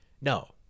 no